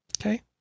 Okay